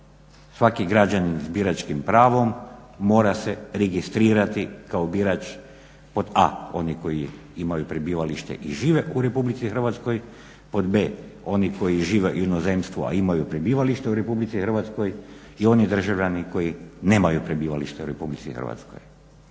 Svaki građanin s biračkim pravom mora se registrirati kao birač, pod a) oni koji imaju prebivalište i žive u Republici Hrvatskoj, pod b) oni koji žive u inozemstvu a imaju prebivalište u Republici Hrvatskoj i oni državljani koji nemaju prebivalište u Republici Hrvatskoj.